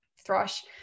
thrush